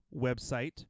website